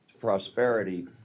Prosperity